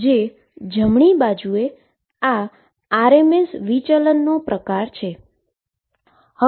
જે જમણી બાજુએ આ rms ડેવીએશનનો પ્રકાર છે